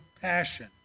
passion